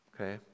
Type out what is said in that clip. Okay